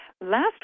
last